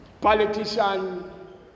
politician